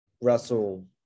Russell